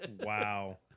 Wow